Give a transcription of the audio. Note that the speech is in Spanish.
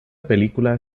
película